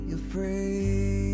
afraid